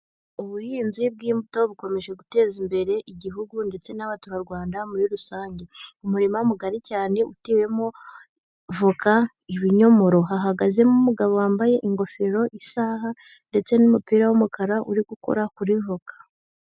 Ubuhinzi bw'imbuto bukomeje guteza imbere Igihugu ndetse n'abaturarwanda muri rusange, umurima mugari cyane utewemo voka, ibinyomoro, hahagazemo umugabo wambaye ingofero, isaha ndetse n'umupira w'umukara uri gukora kuri voka.